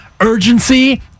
urgency